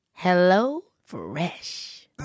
HelloFresh